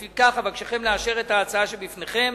לפיכך, אבקשכם לאשר את ההצעה שבפניכם